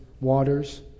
waters